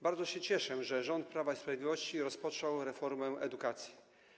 Bardzo się cieszę, że rząd Prawa i Sprawiedliwości rozpoczął reformę edukacji.